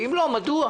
ואם לא אז מדוע.